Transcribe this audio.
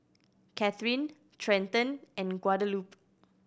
Cathrine Trenton and Guadalupe